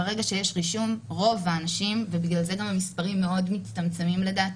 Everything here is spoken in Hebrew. ברגע שיש רישום רוב האנשים ובגלל זה גם המספרים מאוד מצומצמים לדעתי,